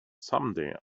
someday